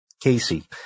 Casey